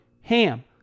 HAM